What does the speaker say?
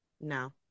No